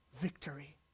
victory